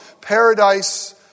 Paradise